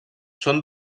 són